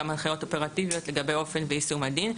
גם הנחיות אופרטיביות לגבי אופן יישום הדין.